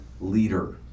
leader